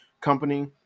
company